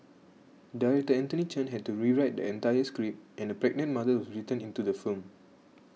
director Anthony Chen had to rewrite the entire script and a pregnant mother was written into the film